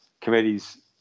committees